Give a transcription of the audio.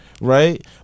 Right